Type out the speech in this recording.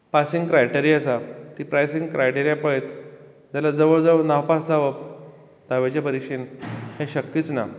passing criteria आसा pricing criteria पयत जाल्यार जवळ जवळ नापास जावप धावेच्या परिक्षेंत हें शक्यूच ना